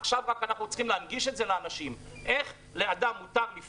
עכשיו אנחנו רק צריכים להנגיש את זה לאנשים: איך מותר לאדם לפנות,